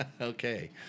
okay